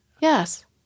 Yes